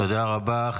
תודה רבה.